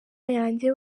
yanjye